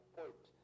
point